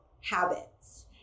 habits